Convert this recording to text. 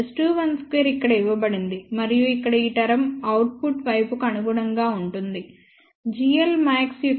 S21 2 ఇక్కడ ఇవ్వబడింది మరియు ఇక్కడ ఈ టర్మ్ అవుట్పుట్ వైపు కు అనుగుణంగా ఉంటుంది gl max యొక్క గరిష్ట విలువ 1